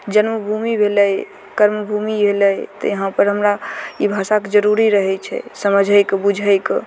जन्मभूमि भेलय कर्मभूमि भेलय तऽ यहाँपर हमरा भाषाके जरुरी रहय छै समझै के बुझयके